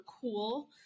cool